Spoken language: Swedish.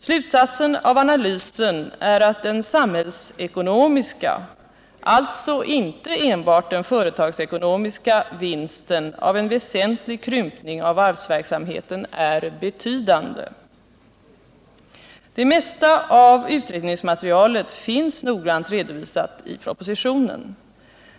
Slutsatsen av analysen är att den samhällsekonomiska — alltså inte enbart den företagsekonomiska — vinsten av en väsentlig krympning av varsverksamheten är betydande. Det mesta av utredningsmaterialet finns noggrant redovisat i propositionen.